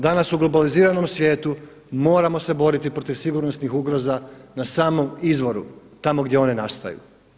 Danas u globaliziranom svijetu moramo se boriti protiv sigurnosnih ugroza na samom izvoru, tamo gdje one nastaju.